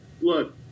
look